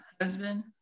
husband